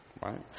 right